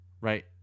Right